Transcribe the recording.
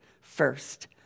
first